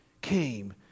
came